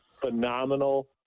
phenomenal